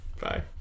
bye